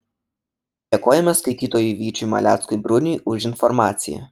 dėkojame skaitytojui vyčiui maleckui bruniui už informaciją